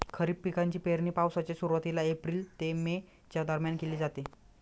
खरीप पिकांची पेरणी पावसाच्या सुरुवातीला एप्रिल ते मे च्या दरम्यान केली जाते